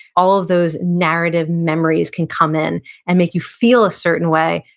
all of those narrative memories can come in and make you feel a certain way,